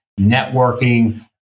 networking